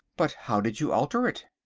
but how did you alter it?